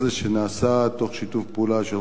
שנעשה תוך שיתוף פעולה שלך,